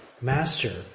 Master